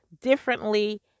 differently